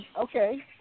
Okay